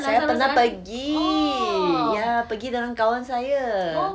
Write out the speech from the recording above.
saya pernah pergi ya pergi dengan kawan saya